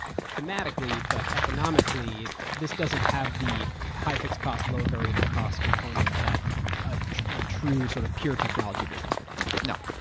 thematically, but economically, this doesnaeurt have the high fixed cost, low variable cost component that a ah true, sort of pure technology business would have. no.